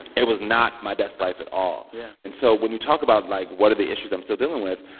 it was not my best life at all yeah and so when you talk about, like what are the issues i'm still dealing with?